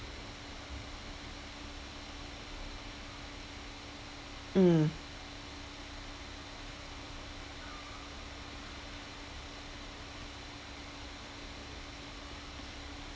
mm